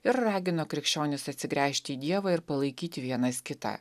ir ragino krikščionis atsigręžti į dievą ir palaikyti vienas kitą